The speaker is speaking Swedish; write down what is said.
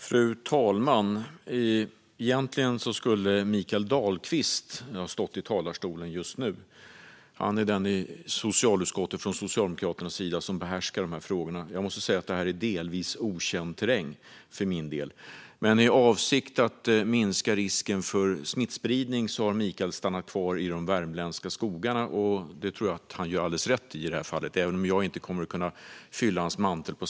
Fru talman! Egentligen skulle Mikael Dahlqvist ha stått här i talarstolen just nu. Han är den socialdemokrat i socialutskottet som behärskar de här frågorna. Jag måste säga att detta delvis är okänd terräng för mig. Men i avsikt att minska risken för smittspridning har Mikael stannat kvar i de värmländska skogarna, och det tror jag att han gör alldeles rätt i i det här fallet, även om jag inte kommer att kunna axla hans mantel.